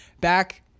Back